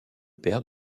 père